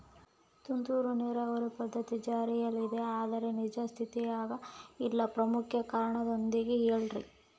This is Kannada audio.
ತುಂತುರು ನೇರಾವರಿ ಪದ್ಧತಿ ಜಾರಿಯಲ್ಲಿದೆ ಆದರೆ ನಿಜ ಸ್ಥಿತಿಯಾಗ ಇಲ್ಲ ಪ್ರಮುಖ ಕಾರಣದೊಂದಿಗೆ ಹೇಳ್ರಿ?